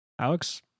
alex